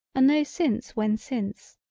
a no since when since,